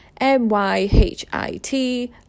m-y-h-i-t